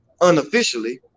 unofficially